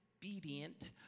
obedient